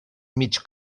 mig